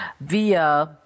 via